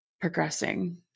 progressing